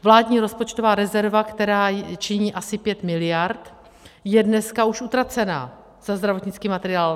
Vládní rozpočtová rezerva, která činí asi 5 mld., je dneska už utracena za zdravotnický materiál.